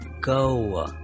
go